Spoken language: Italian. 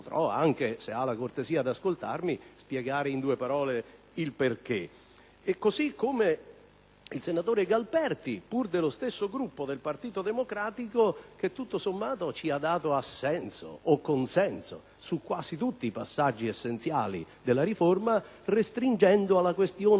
Così come il senatore Galperti, pur dello stesso Gruppo del Partito Democratico, che tutto sommato ci ha dato assenso o consenso su quasi tutti i passaggi essenziali della riforma, restringendo alla questione del